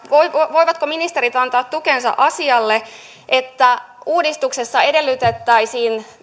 voivatko voivatko ministerit antaa tukensa asialle että uudistuksessa edellytettäisiin